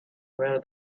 where